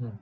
mm